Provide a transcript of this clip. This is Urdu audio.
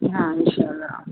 ہاں انشاء اللہ